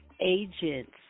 agents